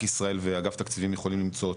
ישראל ואגף תקציבים צריכים למצוא אותו,